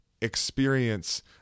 experience